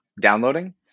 downloading